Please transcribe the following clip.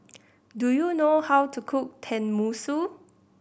do you know how to cook Tenmusu